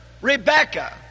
rebecca